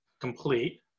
complete